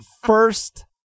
first